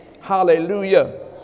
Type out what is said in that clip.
Hallelujah